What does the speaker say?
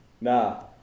Nah